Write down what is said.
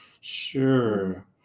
Sure